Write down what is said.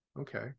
Okay